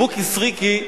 בוקי סריקי,